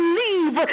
leave